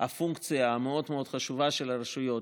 שהפונקציה המאוד-מאוד חשובה של הרשויות